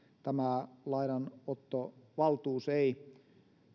lainanottovaltuus ei